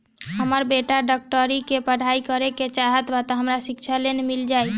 हमर बेटा डाक्टरी के पढ़ाई करेके चाहत बा त हमरा शिक्षा ऋण मिल जाई?